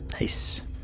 Nice